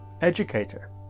educator